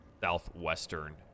southwestern